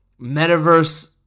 metaverse